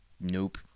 nope